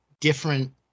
different